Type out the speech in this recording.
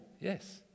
yes